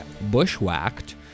bushwhacked